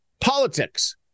politics